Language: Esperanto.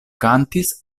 kantis